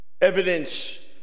Evidence